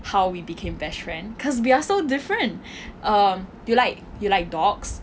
how we became best friend because we are so different um you like you like dogs